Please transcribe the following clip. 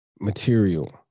material